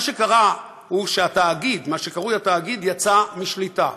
מה שקרה הוא שמה שקרוי "התאגיד" יצא משליטה.